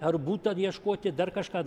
ar buto ieškoti dar kažką